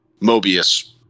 Mobius